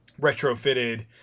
retrofitted